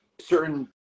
certain